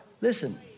Listen